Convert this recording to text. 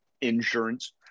insurance